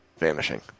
vanishing